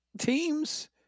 teams